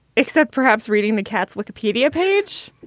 except perhaps reading the cat's wikipedia page.